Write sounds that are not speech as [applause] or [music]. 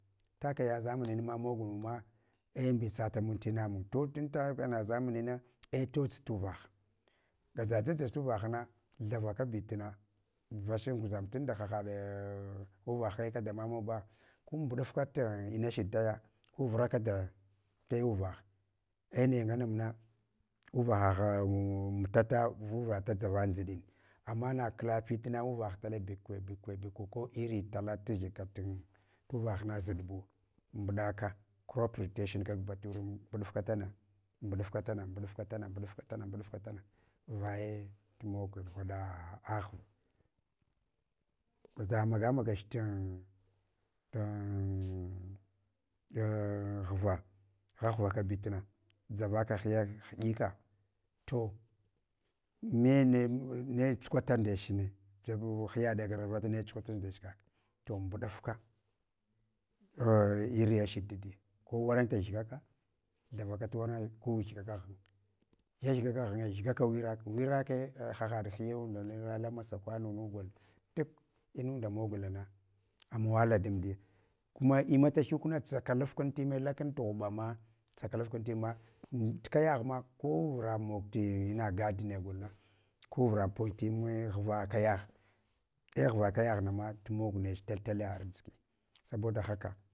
Takiya zamani mogumuma ei mbitsata mun tina mun, to [unintelligible] ei to dʒ twah, gaʒa dʒadʒach tuvahna thavaka buna vach anguʒam tunda hahaɗuvah kaya kada mamuba, ku mbuɗafka inashiɗe taya ku vunaka tayu vah ei naya ngana, muna uwahagha muta ta guvura da zava nʒaɗin. Ama nakla fitna uvah tala bkue, bekwe, bekwe ko iri tala ta gyagka tin uvahna zuɗbu mbuɗaka, crop rotation kag bature mbuɗufka tana, mbuɗufkatana mbuduf ka tama, vaye tumogul gwaɗa ghva dada maga magach [unintelligible] tin ghva, ghaghvaka bitnai dʒavaka hiya kiɗika, to nene ne tsukwata ndecne, jebu hyaɗ raga vata ne tsukwata ndechka. To mbuɗufka inyashiɗ tadi, ko wurna gyigaka, thava ka wurna ku gyigaka gyinge, gyaghgaka gyinge, gyigaka wirak, wirake, hahaɗ huyunda la nala masakwa munugol duk inunda mogolna na amawala damɗiya kuma imatahyuk na tsakalafkun time lakun tughuba ma, tsakalafku hmma tu kayagh kuma kurura mog tina gadi na golna kuvura poɗyi time va kayagh ei ghva kayagh nama tumog nech talaliya arʒiki- saboda haka.